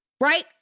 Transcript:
Right